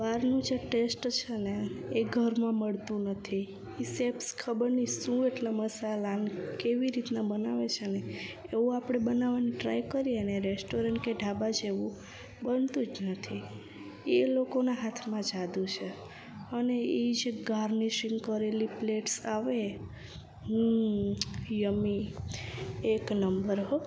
બહારનું જે ટેસ્ટ છે ને એ ઘરમાં મળતો નથી એ શેફ્સ ખબર નહીં શું એટલા મસાલા ને કેવી રીતના બનાવે છે ને એવું આપણે બનાવવાનો ટ્રાય કરીએ ને રેસ્ટોરન્ટ કે ઢાબા જેવું બનતું જ નથી એ લોકોના હાથમાં જાદુ છે અને એ જે ગાર્નિશિંગ કરેલી પ્લેટ્સ આવે હમ યમ્મી એક નંબર હોં